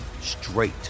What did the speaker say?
straight